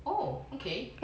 oh okay